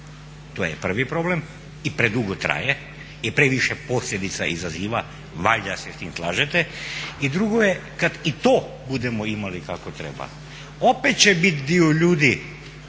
To je prvi problem i predugo traje i previše posljedica izaziva, valjda se sa time slažete. I drugo je kada i to budemo imali kako treba. Opet će biti dio ljudi